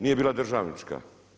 Nije bila državnička.